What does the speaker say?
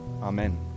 Amen